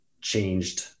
changed